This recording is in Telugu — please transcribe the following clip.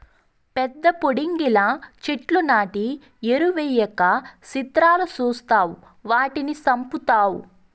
పెద్ద పుడింగిలా చెట్లు నాటి ఎరువెయ్యక సిత్రాలు సూస్తావ్ వాటిని సంపుతావ్